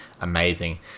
amazing